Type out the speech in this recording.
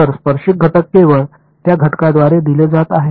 तर स्पर्शिक घटक केवळ त्या घटकाद्वारे दिले जात आहे